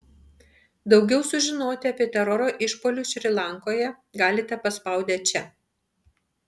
daugiau sužinoti apie teroro išpuolius šri lankoje galite paspaudę čia